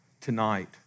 tonight